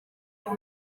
uyu